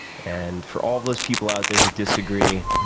and for all those people out there who disagree,